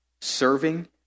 serving